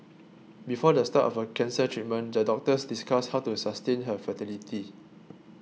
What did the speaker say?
before the start of her cancer treatment the doctors discussed how to sustain her fertility